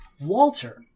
Walter